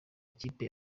ikipe